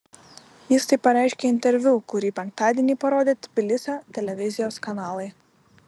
jis tai pareiškė interviu kurį penktadienį parodė tbilisio televizijos kanalai